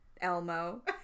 Elmo